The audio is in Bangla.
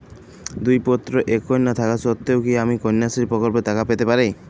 দুই পুত্র এক কন্যা থাকা সত্ত্বেও কি আমি কন্যাশ্রী প্রকল্পে টাকা পেতে পারি?